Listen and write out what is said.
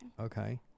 okay